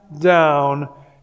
down